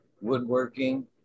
woodworking